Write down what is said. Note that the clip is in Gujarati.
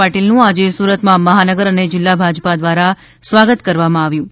પાટીલનુ આજે સુરતમાં મહાનગર અને જિલ્લા ભાજપા દ્વારા સ્વાગત કરવામાં આવ્યું છે